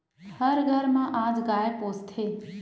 हर घर म आज गाय पोसथे